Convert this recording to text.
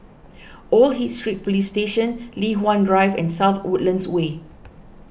Old Hill Street Police Station Li Hwan Drive and South Woodlands Way